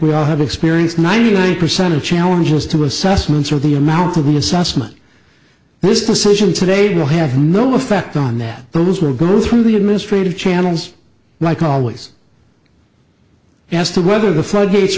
we all have experience ninety nine percent of challenges to assessments are the amount of an assessment this decision today will have no effect on that those will go through the administrative channels like always as to whether the floodgates